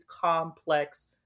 complex